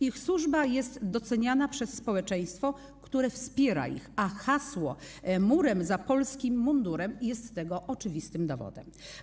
Ich służba jest doceniana przez społeczeństwo, które wspiera ich, a hasło „Murem za polskim mundurem” jest tego oczywistym dowodem.